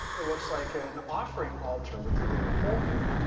it looks like an offering altar with the little hole here.